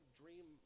dream